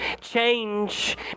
change